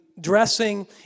dressing